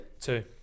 two